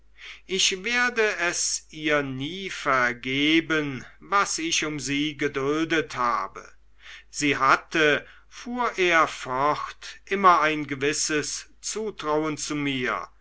ich werde es ihr nie vergeben was ich um sie geduldet habe sie hatte fuhr er fort immer ein gewisses zutrauen zu mir